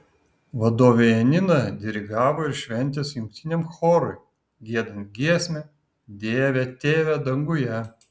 vadovė janina dirigavo ir šventės jungtiniam chorui giedant giesmę dieve tėve danguje